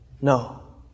no